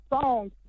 songs